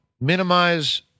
minimize